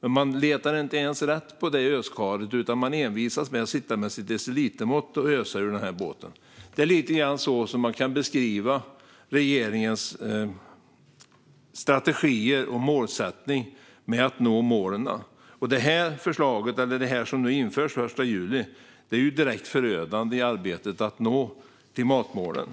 Men man letar inte ens rätt på öskaret, utan man envisas med att sitta med decilitermåttet och ösa. Lite grann så kan man beskriva regeringens strategier och målsättning för att nå målen. Det här som nu införs den 1 juli är direkt förödande i arbetet med att nå klimatmålen.